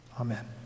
Amen